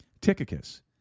tychicus